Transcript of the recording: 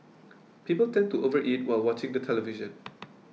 people tend to overeat while watching the television